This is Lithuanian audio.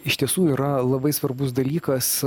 iš tiesų yra labai svarbus dalykas